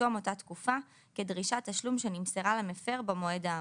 בתום אותה תקופה כדרישת תשלום שנמסרה למפר במועד האמור.